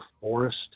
forest